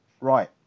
Right